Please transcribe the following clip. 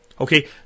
Okay